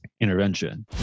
intervention